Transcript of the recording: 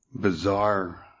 Bizarre